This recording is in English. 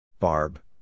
Barb